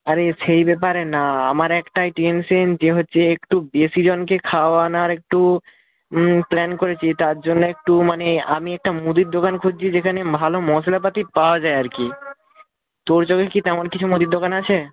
আরে সেই ব্যাপারে না আমার একটাই টেনশেন যে হচ্ছে একটু বেশি জনকে খাওয়ানার একটু প্ল্যান করেছি তার জন্যে একটু মানে আমি একটা মুদির দোকান খুঁজছি যেখানে ভালো মশলাপাতি পাওয়া যায় আর কি তোর যদি কি তেমন কিছু মুদির দোকান আছে